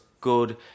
good